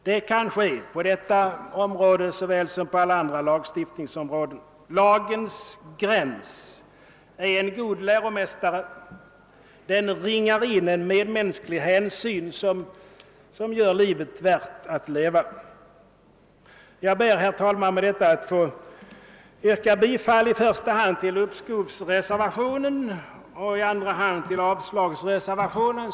Det kan ske på detta område såväl som på alla andra lagstiftningsområden. Lagens gräns är en god läromästare. Den ringar in en medmänsklig hänsyn som gör livet värt att leva. Jag ber, herr talman, med det anförda att få yrka bifall till i första hand uppskovsreservationen och i andra hand avslagsreservationen.